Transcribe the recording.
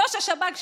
ראש השב"כ,